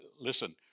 listen